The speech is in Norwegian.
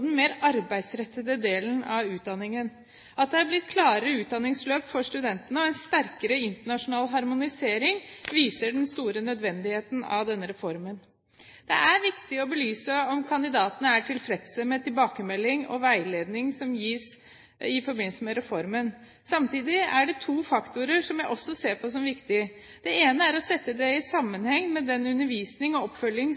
den mer arbeidsrettede delen av utdanningen. At det har blitt klarere utdanningsløp for studentene og en sterkere internasjonal harmonisering, viser den store nødvendigheten av denne reformen. Det er viktig å belyse om kandidatene er tilfredse med tilbakemeldingen og veiledningen som gis i forbindelse med reformen. Samtidig er det to faktorer som jeg også ser på som viktige. Den ene er å sette det i